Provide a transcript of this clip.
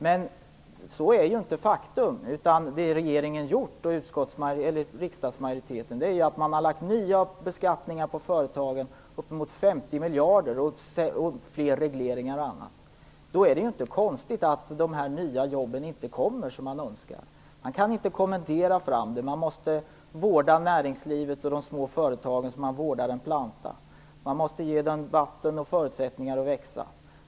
Men så har det ju inte blivit. Det regeringen och riksdagsmajoriteten gjort är att man har lagt nya beskattningar på företagen, uppemot 50 miljarder kronor, och fler regleringar och annat. Då är det ju inte konstigt att de här nya jobben inte kommer som man önskar. Man kan inte kommendera fram dem. Man måste vårda näringslivet och de små företagen som man vårdar en planta: Man måste ge den vatten och förutsättningar för att växa.